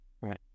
Right